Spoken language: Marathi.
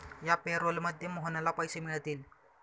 या पॅरोलमध्ये मोहनला पैसे मिळतील